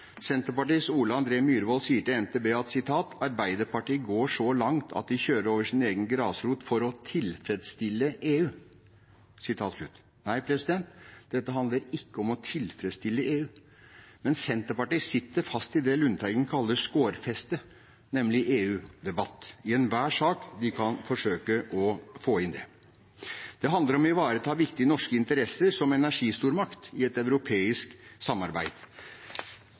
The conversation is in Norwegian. Senterpartiets Ole André Myhrvold sier til NTB at «Arbeiderpartiet går så langt at de overkjører sin egen grasrot i denne saken for å tilfredsstille EU». Nei, dette handler ikke om å tilfredsstille EU. Men Senterpartiet sitter fast i det Lundteigen kaller skårfeste, nemlig EU-debatt, i enhver sak de kan forsøke å få det inn. Det handler om å ivareta viktige norske interesser som energistormakt i et europeisk samarbeid.